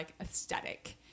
aesthetic